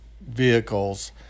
vehicles